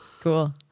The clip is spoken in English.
Cool